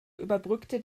überbrückte